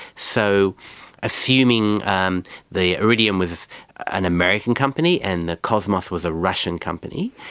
so assuming um the iridium was an american company and the cosmos was a russian company,